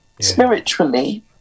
spiritually